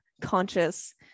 conscious